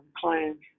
clients